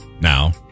now